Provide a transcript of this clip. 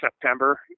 September